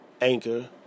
Anchor